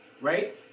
right